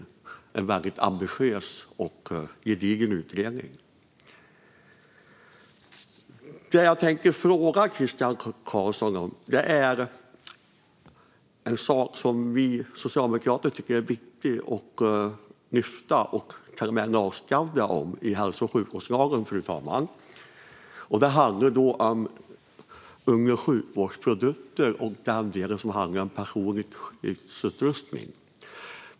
Det är en väldigt ambitiös och gedigen utredning. Det jag tänker fråga Christian Carlsson om, fru talman, är en sak som vi socialdemokrater tycker är viktig att lyfta fram och till och med lagstadga om i hälso och sjukvårdslagen. Det gäller sjukvårdsprodukter och den del som handlar om personlig skyddsutrustning.